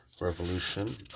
revolution